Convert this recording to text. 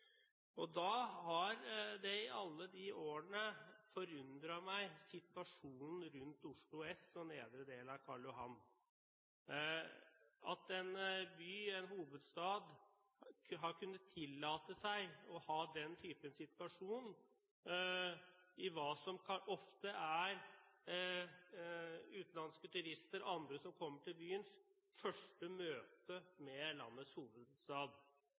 Situasjonen rundt Oslo S og nedre del av Karl Johan har i alle disse årene forundret meg. At man har kunnet tillate seg å ha den type situasjon i det området som er utenlandske turisters – og andre som kommer til byen – første møte med landets